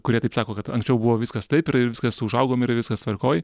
kurie taip sako kad anksčiau buvo viskas taip ir viskas užaugom ir viskas tvarkoj